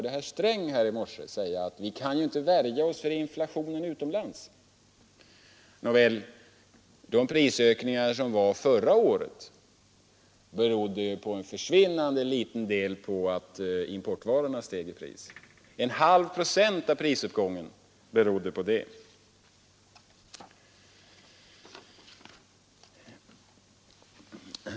Det är en idé som socialdemokraterna försöker framföra. Nåväl, de prisökningar som skedde förra året berodde till en försvinnande liten del på att importvarorna steg i pris. Bara en halv procent av prisuppgången berodde på detta.